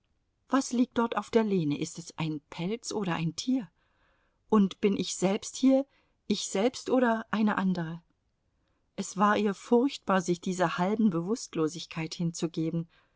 was liegt dort auf der lehne ist es ein pelz oder ein tier und bin ich selbst hier ich selbst oder eine andere es war ihr furchtbar sich dieser halben bewußtlosigkeit hinzugeben